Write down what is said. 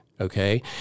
Okay